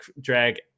drag